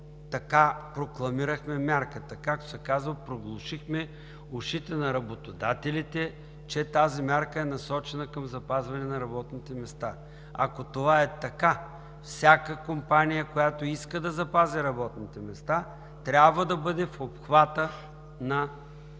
така прокламирахме мярката, както се казва, проглушихме ушите на работодателите, че тази мярка е насочена към запазване на работните места. Ако това е така, всяка компания, която иска да запази работните места, трябва да бъде в обхвата на